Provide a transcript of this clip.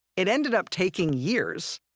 it ended up taking years,